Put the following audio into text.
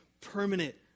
permanent